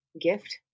gift